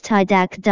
Tidak